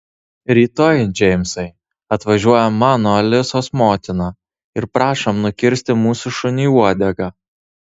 rytoj džeimsai atvažiuoja mano alisos motina ir prašom nukirsti mūsų šuniui uodegą